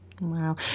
Wow